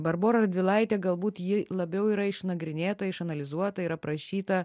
barbora radvilaitė galbūt ji labiau yra išnagrinėta išanalizuota ir aprašyta